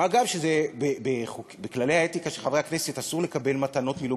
מה גם שבכללי האתיקה של חברי הכנסת אסור לקבל מתנות מלוביסטים,